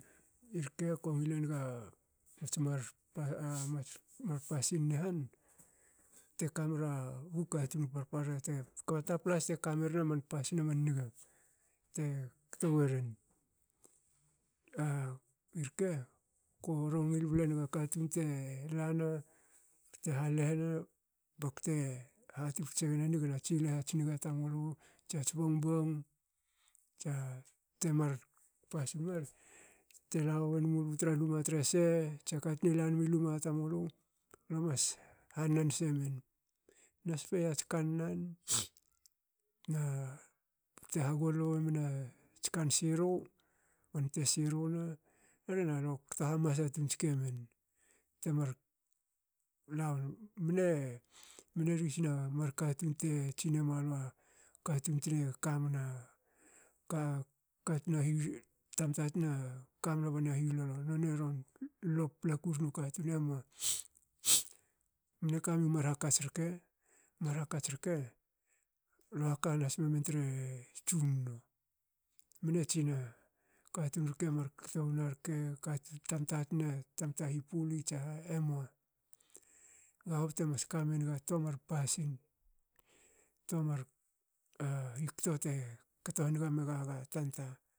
Irke ko ngilenga mats mar pasin ni han teka mera bu katun parpara te kba tapla has te kameren aman pasin aman niga te kto woren irke ko ron ngil blenga katun te lana bte ha lehna bakte hati puts egen e nigna tsi lehe tsiniga tamulu tsi ats bongbong tsa temar pasin weri. Tela wenmulu tra luma trese tsa katun elanmi luma tamulu. lemas hanan semen. nas bei ats Kannan nate hagollo bemin ats kan siru bante siruna hrena lo kto hamasa tun tskemen te mar mne- mne risna mar katun te tsinemalua katun tre kamna katun te kamna katun a tamta tina kamna bania hilu. nonie ron lolo paplaku runu katun emoa. Mne kamiu mar hakats rke mar hakats rke lo haka nas memen tra tsunono. mne tsini katun rke mar kto wna rke tamta tina hipuli tsa ha emua. ga hobto mas kamenga toa mar pasin, toa mar hikto te kto haniga megaga tanta